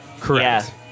Correct